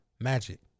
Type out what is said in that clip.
Magic